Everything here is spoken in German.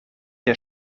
der